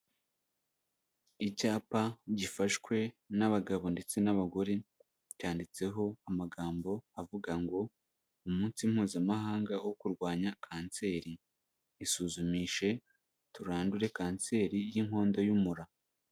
Icyapa gifashwe n'abagabo ndetse n'abagore, cyanditseho amagambo avuga ngo: "umunsi mpuzamahanga wo kurwanya kanseri, isuzumishe turandure kanseri y'inkondo y'umura."